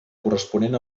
corresponent